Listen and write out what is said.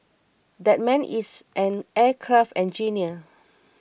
that man is an aircraft engineer